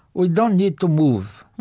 we don't need to move